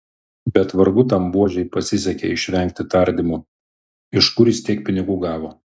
bet vargu tam buožei pasisekė išvengti tardymų iš kur jis tiek pinigų gavo